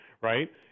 right